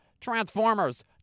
Transformers